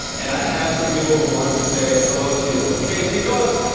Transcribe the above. and i have some people who want to say hello to you. ok, ticos